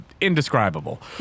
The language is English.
indescribable